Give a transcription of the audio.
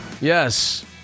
Yes